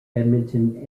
edmonton